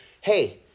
hey